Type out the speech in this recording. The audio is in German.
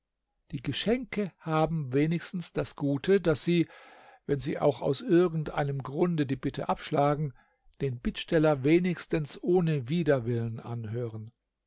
die geschenke haben wenigstens das gute daß sie wenn sie auch aus irgend einem grunde die bitte abschlagen den bittsteller wenigstens ohne widerwillen anhören